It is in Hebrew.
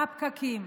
הפקקים.